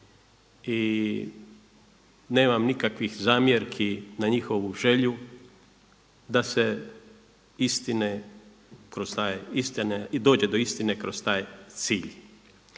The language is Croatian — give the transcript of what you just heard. i nemam nikakvih zamjerki na njihovu želju da se istine i … dođe do istine kroz taj cilj.